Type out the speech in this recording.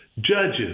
judges